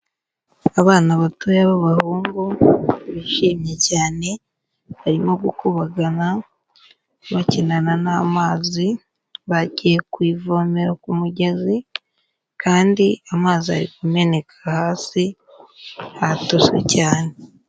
Abana batoya b'abahungu bishimye cyane barimo gukubagana bakinana n'amazi, bagiye ku ivomero ku mugezi kandi amazi ari kumeneka hasi hatose cyane.